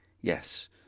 Yes